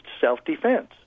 self-defense